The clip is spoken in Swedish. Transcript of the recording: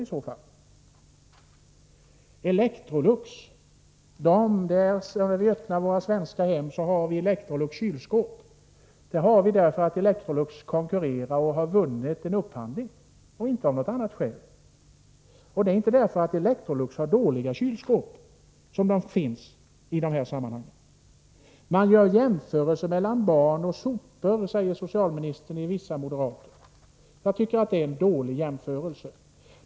När det gäller Electrolux: Om man tittar i våra svenska hem så ser man kylskåp från Electrolux. De finns där därför att Electrolux konkurrerar och har vunnit en upphandling, inte av något annat skäl. Det är inte därför att Electrolux har dåliga kylskåp som de finns i dessa hem. Vissa moderater gör jämförelser mellan barn och sopor, säger socialministern. Jag tycker att det är en dålig jämförelse.